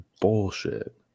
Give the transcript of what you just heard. bullshit